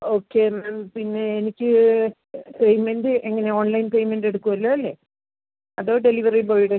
okay ma'am പിന്നെ എനിക്ക് payment എങ്ങനെയാണ് ഓൺലൈൻ പേയ്മെൻറ് എടുക്കുമല്ലോ അല്ലേ അതോ ഡെലിവറി ബോയുടെ